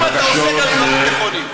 לפעמים אתה עושה גם דברים נכונים.